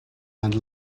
and